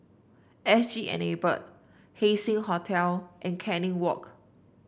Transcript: S G Enable Haising Hotel and Canning Walk